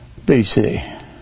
BC